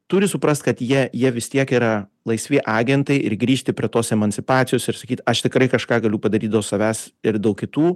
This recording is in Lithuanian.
turi suprast kad jie jie vis tiek yra laisvi agentai ir grįžti prie tos emancipacijos ir sakyt aš tikrai kažką galiu padaryt nuo savęs ir daug kitų